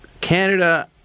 Canada